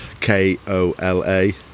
k-o-l-a